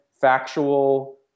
factual